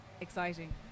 exciting